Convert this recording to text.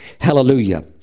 Hallelujah